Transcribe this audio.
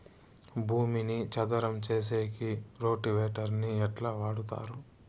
భూమిని చదరం సేసేకి రోటివేటర్ ని ఎట్లా వాడుతారు?